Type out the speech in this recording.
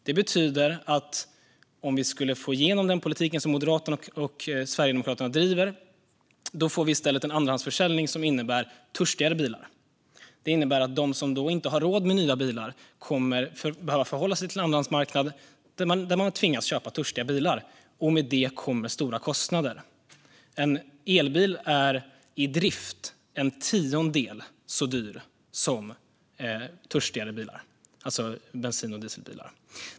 Det betyder att om vi skulle få igenom den politik som Moderaterna och Sverigedemokraterna driver får vi i stället en andrahandsförsäljning som innebär törstigare bilar. Det innebär att de som inte har råd med nya bilar kommer att behöva förhålla sig till en andrahandsmarknad där de tvingas köpa törstiga bilar, och med det kommer stora kostnader. En elbil är i drift en tiondel så dyr som törstigare bilar, alltså bensin och dieselbilar.